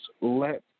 let